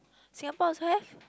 Singapore also have